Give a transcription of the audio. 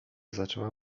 zaczęła